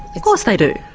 of course they do.